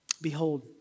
behold